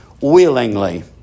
willingly